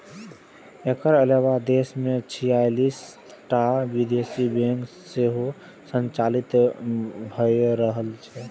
एकर अलावे देश मे छियालिस टा विदेशी बैंक सेहो संचालित भए रहल छै